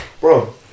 Bro